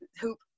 hoop